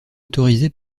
autorisé